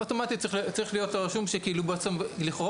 אוטומטית צריך להיות רשום שכאילו לכאורה